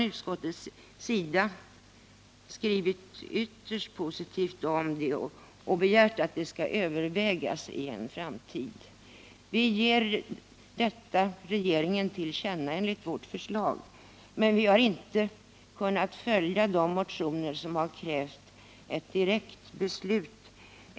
Utskottet har skrivit ytterst positivt om detta och begärt att den frågan skall övervägas i en framtid. Vi föreslår att riksdagen ger regeringen detta till känna, men vi har inte kunnat tillstyrka de motioner som har krävt ett direkt beslut.